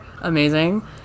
amazing